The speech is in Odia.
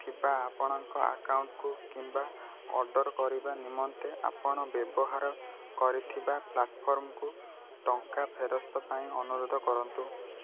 ଥିବା ଆପଣଙ୍କ ଆକାଉଣ୍ଟ୍କୁ କିମ୍ବା ଅର୍ଡ଼ର୍ କରିବା ନିମନ୍ତେ ଆପଣ ବ୍ୟବହାର କରିଥିବା ପ୍ଲାଟ୍ଫର୍ମ୍କୁ ଟଙ୍କା ଫେରସ୍ତ ପାଇଁ ଅନୁରୋଧ କରନ୍ତୁ